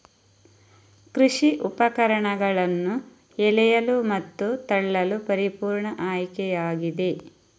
ಕೃಷಿ ಉಪಕರಣಗಳನ್ನು ಎಳೆಯಲು ಮತ್ತು ತಳ್ಳಲು ಪರಿಪೂರ್ಣ ಆಯ್ಕೆಯಾಗಿದೆ